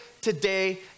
today